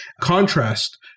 contrast